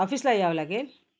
ऑफिसला यावं लागेल